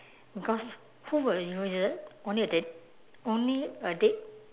because who will usua~ only a dead only a dead